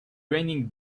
raining